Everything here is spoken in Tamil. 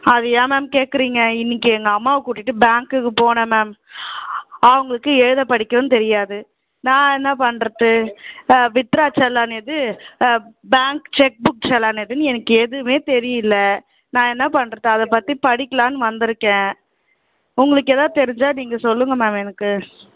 அது ஏன் மேம் கேட்குறிங்க இன்றைக்கி எங்கள் அம்மாவை கூட்டிகிட்டு பேங்குக்கு போனேன் மேம் அவங்களுக்கு எழுத படிக்கவும் தெரியாது நான் என்ன பண்ணுறது வித்ட்ரா செலான் எது பேங்க் செக் புக் செலான் எதுன்னு எனக்கு எதுவுமே தெரியல நான் என்ன பண்ணுறது அதை பற்றி படிக்கலாம்னு வந்திருக்கேன் உங்களுக்கு ஏதாவது தெரிஞ்சால் நீங்கள் சொல்லுங்க மேம் எனக்கு